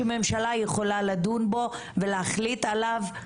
שממשלה יכולה לדון בו, ולהחליט עליו,